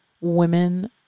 women